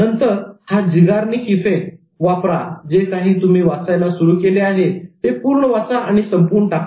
नंतर हा 'झीगार्निक इफेक्ट"Zeigarnik Effect' वापरा जे काही तुम्ही वाचायला सुरु केले आहे ते पूर्ण वाचा आणि संपवून टाका